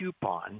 coupon